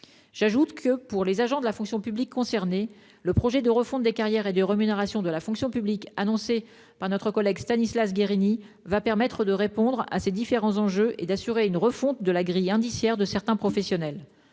J'ajoute que, pour les agents de la fonction publique concernés, le projet de refonte des carrières et rémunérations de la fonction publique, annoncé par mon collègue Stanislas Guerini, permettra de répondre à ces différents enjeux et d'assurer une refonte de la grille indiciaire de certains professionnels.